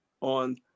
on